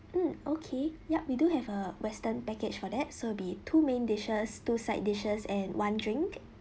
oh okay yup we do have a western package for that so will be two main dishes two side dishes and one drink